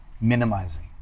minimizing